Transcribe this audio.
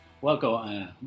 Welcome